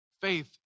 Faith